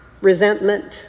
resentment